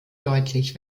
deutlich